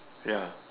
ya